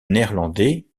néerlandais